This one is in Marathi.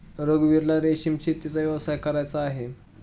रघुवीरला रेशीम शेतीचा व्यवसाय करायचा आहे